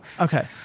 Okay